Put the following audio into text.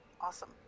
Awesome